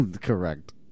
Correct